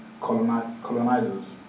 colonizers